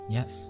Yes